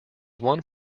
one